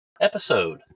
episode